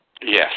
Yes